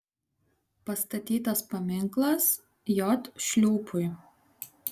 pastatytas paminklas j šliūpui